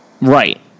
Right